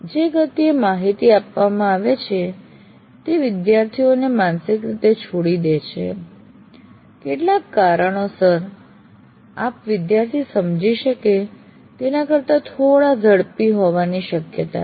જે ગતિએ માહિતી આપવામાં આવે છે તે વિદ્યાર્થીઓ માનસિક રીતે છોડી દે છે કેટલાક કારણોસર આપ વિદ્યાર્થી સમજી શકે તેના કરતા થોડા ઝડપી હોવાની શક્યતા છે